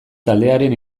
taldearen